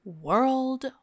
World